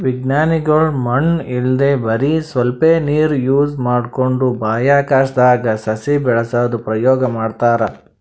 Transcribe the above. ವಿಜ್ಞಾನಿಗೊಳ್ ಮಣ್ಣ್ ಇಲ್ದೆ ಬರಿ ಸ್ವಲ್ಪೇ ನೀರ್ ಯೂಸ್ ಮಾಡ್ಕೊಂಡು ಬಾಹ್ಯಾಕಾಶ್ದಾಗ್ ಸಸಿ ಬೆಳಸದು ಪ್ರಯೋಗ್ ಮಾಡ್ತಾರಾ